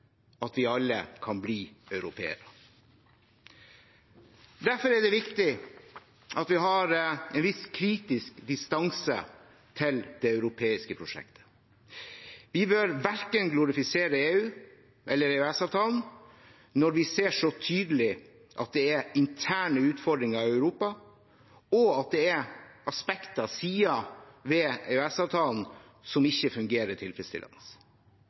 at vi alle kan bli europeere. Derfor er det viktig at vi har en viss kritisk distanse til det europeiske prosjektet. Vi bør verken glorifisere EU eller EØS-avtalen når vi så tydelig ser at det er interne utfordringer i Europa, og at det er aspekter, sider, ved EØS-avtalen som ikke fungerer tilfredsstillende